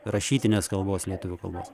rašytinės kalbos lietuvių kalbos